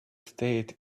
state